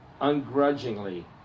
ungrudgingly